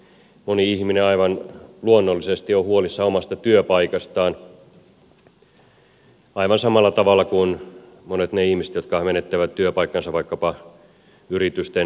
moni ihminen aivan luonnollisesti on huolissaan omasta työpaikastaan aivan samalla tavalla kuin monet ne ihmiset jotka menettävät työpaikkansa vaikkapa yritysten irtisanomisissa